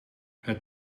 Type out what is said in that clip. het